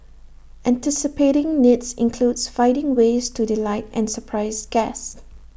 anticipating needs includes finding ways to delight and surprise guests